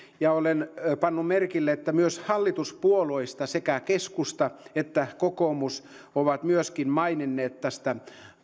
ja olen pannut merkille että hallituspuolueista sekä keskusta että kokoomus ovat myöskin maininneet tästä